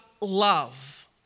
love